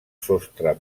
sostre